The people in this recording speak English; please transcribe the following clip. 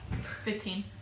fifteen